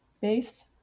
base